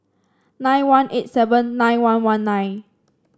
nine one eight seven nine one one nine